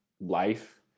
life